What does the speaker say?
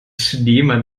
schneemann